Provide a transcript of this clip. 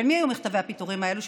של מי היו מכתבי הפיטורים האלו?